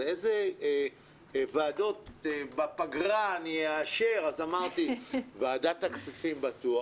לאיזה ועדות בפגרה אני אאשר' אז אמרתי 'ועדת הכספים בטוח,